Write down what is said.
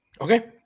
Okay